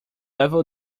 ever